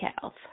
health